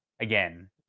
again